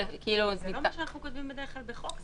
--- זה לא מה שאנחנו כותבים בדרך כלל בחוק.